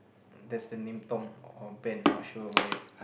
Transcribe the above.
there's the name Tom or Ben not sure about it